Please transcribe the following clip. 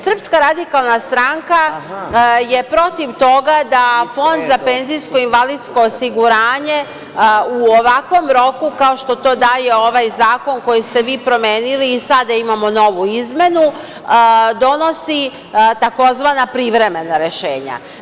Srpska radikalna stranka je protiv toga da Fond za PIO u ovakvom roku, kao što to daje ovaj zakon koji ste vi promenili i sada imamo novu izmenu, donosi tzv. privremena rešenja.